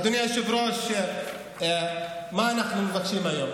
אדוני היושב-ראש, מה אנחנו מבקשים היום?